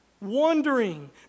wandering